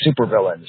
supervillains